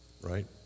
right